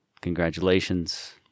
congratulations